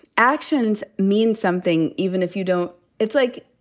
actions mean something even if you don't, it's like,